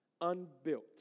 unbuilt